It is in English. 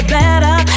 better